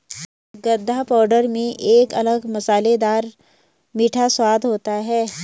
गदा पाउडर में एक अलग मसालेदार मीठा स्वाद होता है